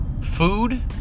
Food